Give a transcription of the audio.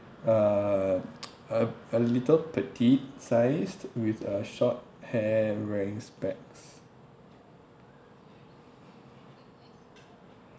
uh a a little petite sized with uh short hair and wearing specs